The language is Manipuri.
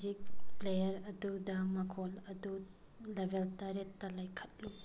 ꯃ꯭ꯌꯨꯖꯤꯛ ꯄ꯭ꯂꯦꯇꯔ ꯑꯗꯨꯗ ꯃꯈꯣꯜ ꯑꯗꯨ ꯂꯦꯕꯦꯜ ꯇꯔꯦꯠꯇ ꯂꯩꯈꯠꯂꯨ